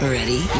Ready